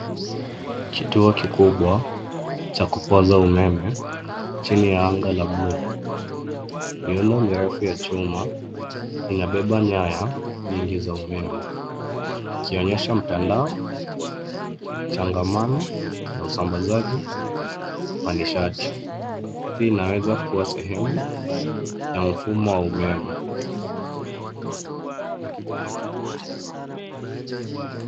Kituo kikubwa cha kupoza umeme chini ya anga la bluu. Miundo mirefu ya chuma inabeba nyaya nyingi za umeme ikionyesha mtandao, changamano na usambazaji wa nishati. Hii inaweza kuwa sehemu ya mfumo wa umeme.